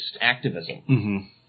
activism